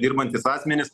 dirbantys asmenys